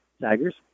Tigers